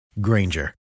Granger